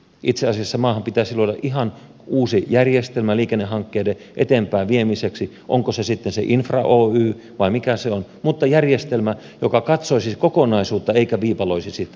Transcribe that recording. itse asiassa maahan pitäisi luoda ihan uusi järjestelmä liikennehankkeiden eteenpäin viemiseksi onko se sitten se infra oy vai mikä se on järjestelmä joka katsoisi kokonaisuutta eikä viipaloisi sitä